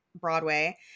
Broadway